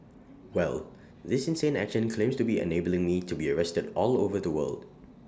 well this insane action claims to be enabling me to be arrested all over the world